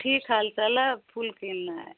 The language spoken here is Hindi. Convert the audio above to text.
ठीक हे फूल कीनना है